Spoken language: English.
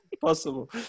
Possible